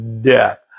death